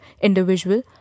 individual